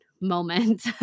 moment